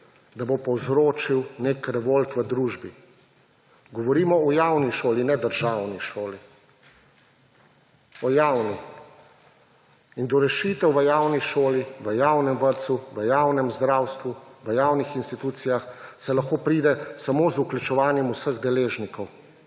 da bo povzročil nek revolt v družbi. Govorimo o javni šoli, ne državni šoli. O javni. In do rešitev v javni šoli, v javnem vrtcu, v javnem zdravstvu, v javnih institucijah se lahko pride samo z vključevanjem vseh deležnikov,